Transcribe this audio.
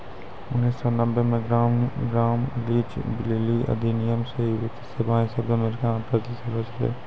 उन्नीस सौ नब्बे मे ग्राम लीच ब्लीली अधिनियम से ही वित्तीय सेबाएँ शब्द अमेरिका मे प्रचलित होलो छलै